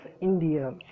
India